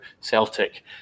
Celtic